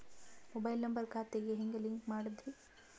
Mobile number ಖಾತೆ ಗೆ ಹೆಂಗ್ ಲಿಂಕ್ ಮಾಡದ್ರಿ?